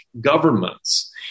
governments